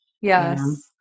Yes